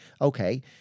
okay